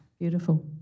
Beautiful